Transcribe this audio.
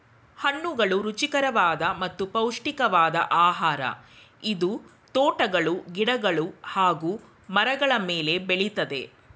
ಹಣ್ಣುಗಳು ರುಚಿಕರವಾದ ಮತ್ತು ಪೌಷ್ಟಿಕವಾದ್ ಆಹಾರ ಇದು ತೋಟಗಳು ಗಿಡಗಳು ಹಾಗೂ ಮರಗಳ ಮೇಲೆ ಬೆಳಿತದೆ